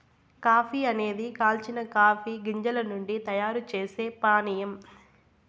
coffee అనేది కాల్చిన coffee గింజల నుండి తయారు చేసే పానీయం